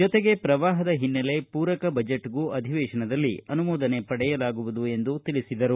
ಜೊತೆಗೆ ಪ್ರವಾಹದ ಹಿನ್ನೆಲೆ ಪೂರಕ ಬಜೆಟ್ಗೂ ಅಧಿವೇಶನದಲ್ಲಿ ಅನುಮೋದನೆ ಪಡೆಯಲಾಗುವುದು ಎಂದು ತಿಳಿಸಿದರು